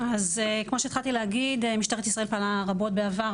כמו שהתחלתי להגיד, משטרת ישראל פעלה רבות בעבר.